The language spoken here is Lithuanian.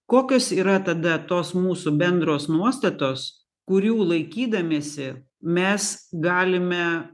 kokios yra tada tos mūsų bendros nuostatos kurių laikydamiesi mes galime